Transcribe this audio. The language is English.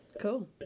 Cool